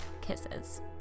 Kisses